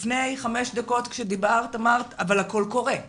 לפני חמש דקות כשדיברת, אברת, אבל הכול קורה.